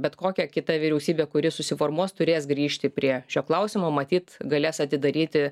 bet kokia kita vyriausybė kuri susiformuos turės grįžti prie šio klausimo matyt galės atidaryti